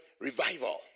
revival